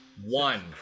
one